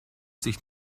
sich